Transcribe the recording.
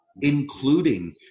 including